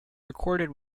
recorded